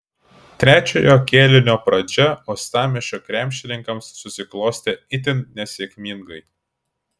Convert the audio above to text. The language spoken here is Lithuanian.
trečiojo kėlinio pradžia uostamiesčio krepšininkams susiklostė itin nesėkmingai